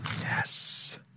Yes